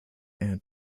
and